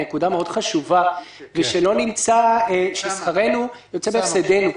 נקודה מאוד חשובה ושלא נמצא ששכרנו יוצא בהפסדנו.